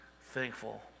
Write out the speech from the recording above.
thankful